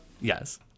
Yes